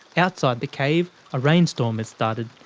outside the cave, a rainstorm had started.